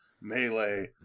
Melee